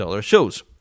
shows